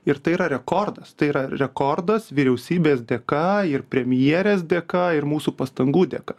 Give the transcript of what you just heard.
ir tai yra rekordas tai yra rekordas vyriausybės dėka ir premjerės dėka ir mūsų pastangų dėka